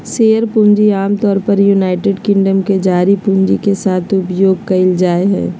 share पूंजी आमतौर पर यूनाइटेड किंगडम में जारी पूंजी के साथ उपयोग कइल जाय हइ